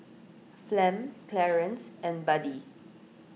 Flem Clarence and Buddie